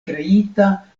kreita